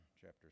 chapter